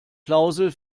klausel